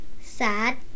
Sad